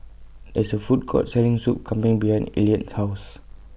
There IS A Food Court Selling Soup Kambing behind Elliott's House